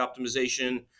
optimization